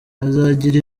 azagira